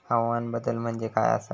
हवामान बदल म्हणजे काय आसा?